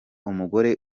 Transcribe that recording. umugore